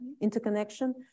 interconnection